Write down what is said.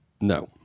No